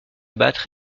battre